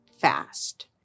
fast